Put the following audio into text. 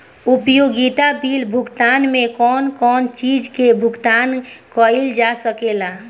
उपयोगिता बिल भुगतान में कौन कौन चीज के भुगतान कइल जा सके ला?